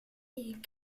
lors